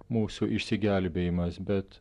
mūsų išsigelbėjimas bet